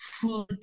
food